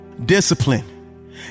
discipline